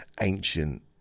ancient